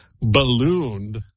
ballooned